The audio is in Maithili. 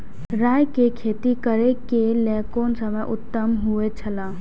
राय के खेती करे के लेल कोन समय उत्तम हुए छला?